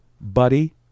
buddy